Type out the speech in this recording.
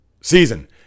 season